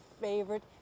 favorite